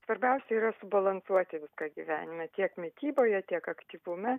svarbiausia yra subalansuoti viską gyvenime tiek mityboje tiek aktyvume